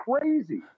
crazy